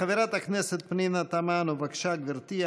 חברת הכנסת פנינה תמנו, בבקשה, גברתי.